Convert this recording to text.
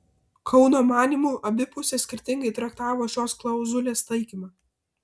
kauno manymu abi pusės skirtingai traktavo šios klauzulės taikymą